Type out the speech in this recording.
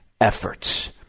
efforts